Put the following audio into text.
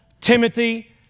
Timothy